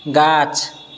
गाछ